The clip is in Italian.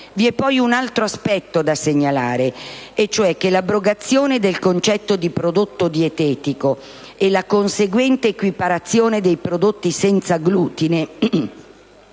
Vi è poi un altro aspetto da segnalare. L'abrogazione del concetto di «prodotto dietetico», e la conseguente equiparazione dei prodotti senza glutine